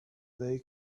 they